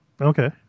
Okay